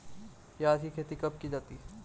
प्याज़ की खेती कब की जाती है?